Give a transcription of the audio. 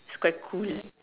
is quite cool